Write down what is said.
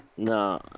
No